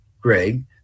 Greg